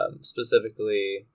Specifically